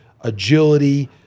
agility